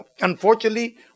Unfortunately